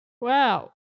wow